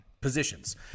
positions